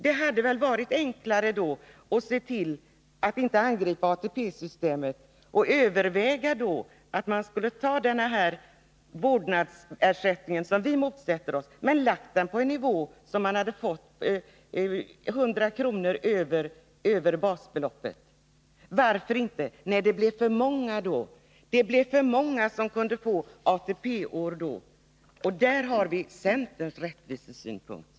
Det hade väl varit enklare att inte angripa ATP-systemet utan överväga att lägga vårdnadsersättningen—som vi motsätter oss — på en sådan nivå att den hamnade 100 kronor över basbeloppet. Varför gjorde man inte det? Nej, då skulle det bli för många som kunde få tillgodoräkna sig ATP-år. Där har vi centerns syn på rättvisa!